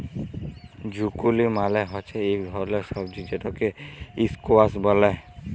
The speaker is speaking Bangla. জুকিলি মালে হচ্যে ইক ধরলের সবজি যেটকে ইসকোয়াস ব্যলে